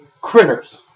Critters